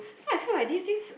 so I feel like these things